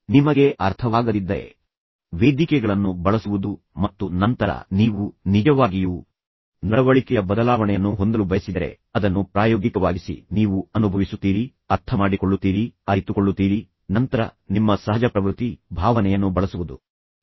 ನಿಮಗೆ ಅರ್ಥವಾಗದಿದ್ದರೆ ವೇದಿಕೆಗಳನ್ನು ಬಳಸುವುದು ಮತ್ತು ನಂತರ ನೀವು ನಿಜವಾಗಿಯೂ ನಡವಳಿಕೆಯ ಬದಲಾವಣೆಯನ್ನು ಹೊಂದಲು ಬಯಸಿದರೆ ಅದನ್ನು ಪ್ರಾಯೋಗಿಕವಾಗಿಸಿ ನೀವು ಅದನ್ನು ಅನುಭವಿಸುತ್ತೀರಿ ನೀವು ಅರ್ಥಮಾಡಿಕೊಳ್ಳುತ್ತೀರಿ ನೀವು ಅರಿತುಕೊಳ್ಳುತ್ತೀರಿ ಮತ್ತು ನಂತರ ನಿಮ್ಮ ಸಹಜ ಪ್ರವೃತ್ತಿ ನಿಮ್ಮ ಭಾವನೆಯನ್ನು ಬಳಸುವುದು ಹಾಗೆಯೇ ನಿಮ್ಮ ಆಲೋಚನೆಯನ್ನು ಬಳಸುವುದು